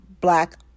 black